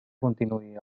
continue